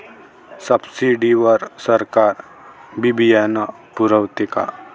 Subsidy वर सरकार बी बियानं पुरवते का?